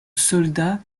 soldat